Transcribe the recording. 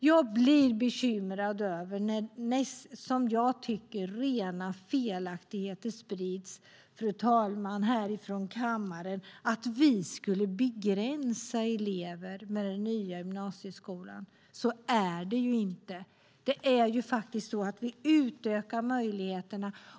Jag blir bekymrad när, som jag tycker, rena felaktigheter sprids här från kammaren om att vi skulle begränsa elever med den nya gymnasieskolan. Så är det inte. Vi utökar faktiskt möjligheterna.